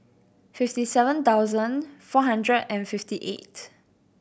fifty seven thousand four hundred and fifty eight